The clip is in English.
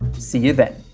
see you then